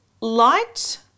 light